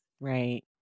Right